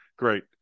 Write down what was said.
Great